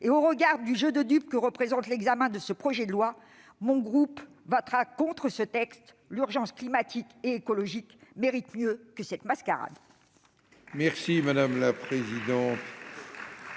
et au regard du jeu de dupe que constitue l'examen de ce projet de loi constitutionnelle, le groupe CRCE votera contre ce texte. L'urgence climatique et écologique mérite mieux que cette mascarade.